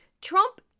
Trump